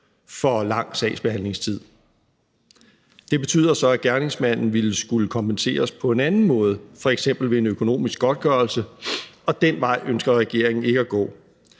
for lang sagsbehandlingstid. Det betyder så, at gerningsmanden ville skulle kompenseres på en anden måde, f.eks. ved en økonomisk godtgørelse, og den vej ønsker regeringen ikke at gå.